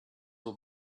will